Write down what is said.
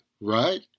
right